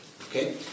okay